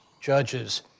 judges